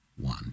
One